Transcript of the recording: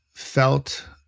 felt